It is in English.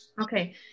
Okay